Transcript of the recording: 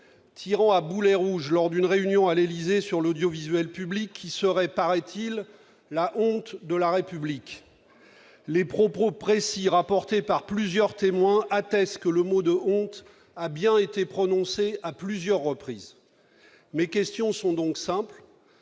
tirant à boulets rouges lors d'une réunion à l'Élysée sur l'audiovisuel public qui serait, paraît-il, la « honte de la République ». Les propos précis rapportés par plusieurs témoins attestent que le mot « honte » a bien été prononcé à plusieurs reprises. Mes questions sont simples.